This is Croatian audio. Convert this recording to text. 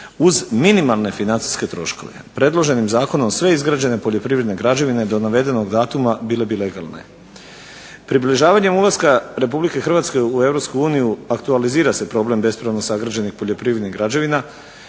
uz minimalne financijske troškove. Predloženim zakonom sve izgrađene poljoprivredne građevine do navedenog datuma bile bi legalne. Približavanjem ulaska RH u EU aktualizira se problem bespravno sagrađenih poljoprivrednih građevina